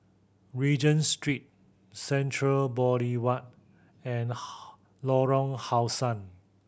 Regent Street Central Boulevard and Lorong How Sun